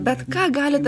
bet ką galit